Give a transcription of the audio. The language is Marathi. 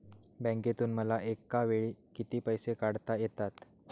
बँकेतून मला एकावेळी किती पैसे काढता येतात?